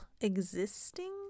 existing